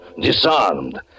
disarmed